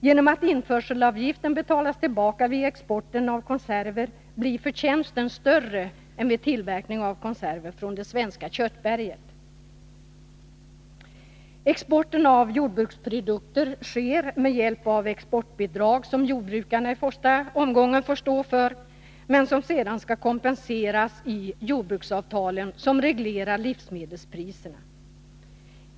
Genom att införselavgiften betalas tillbaka vid exporten av konserver blir förtjänsten större än vid tillverkning av konserver från det svenska köttberget. Exporten av jordbruksprodukter sker med hjälp av exportbidrag, som jordbrukarnai första omgången får stå för men som sedan skall kompenseras ide jordbruksavtal som reglerar livsmedelspriserna.